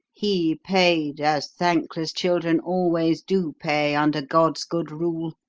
he paid, as thankless children always do pay under god's good rule.